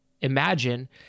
imagine